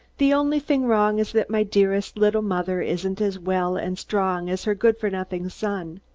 the only thing wrong is that my dearest, little mother isn't as well and strong as her good-for-nothing son.